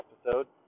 episode